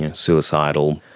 and suicidal,